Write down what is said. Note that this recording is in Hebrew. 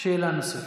שאלה נוספת.